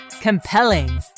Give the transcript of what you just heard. compelling